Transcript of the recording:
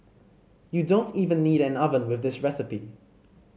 you don't even need an oven with this recipe